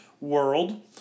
world